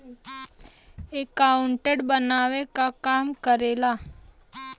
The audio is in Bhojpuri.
अकाउंटेंट बनावे क काम करेला